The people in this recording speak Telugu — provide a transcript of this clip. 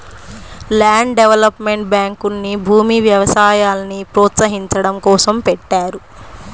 ల్యాండ్ డెవలప్మెంట్ బ్యాంకుల్ని భూమి, వ్యవసాయాల్ని ప్రోత్సహించడం కోసం పెట్టారు